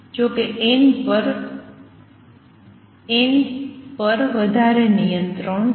જોકે n પર વધારે નિયંત્રણો છે